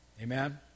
Amen